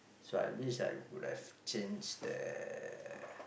so I wish I would have changed the